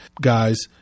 guys